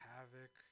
Havoc